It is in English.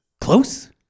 Close